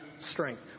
strength